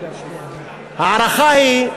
ההערכה היא,